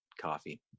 Coffee